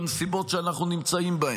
בנסיבות שאנחנו נמצאים בהן.